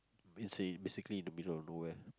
it's a basically in the middle of nowhere